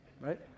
Right